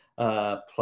Plus